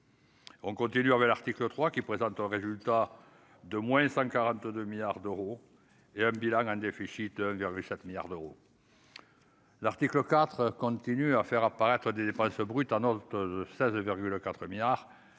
On continue avec l'article 3 qui présente un résultat de moins 142 milliards d'euros et un bilan un déficit, il y avait 4 milliards d'euros. L'article IV continue à faire apparaître des dépenses brutes, un autre stage le 4 milliards,